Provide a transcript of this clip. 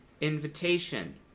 invitation